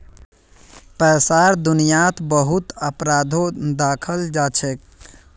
पैसार दुनियात बहुत अपराधो दखाल जाछेक